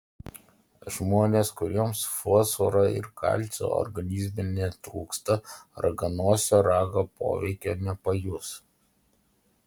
žmonės kuriems fosforo ir kalcio organizme netrūksta raganosio rago poveikio nepajus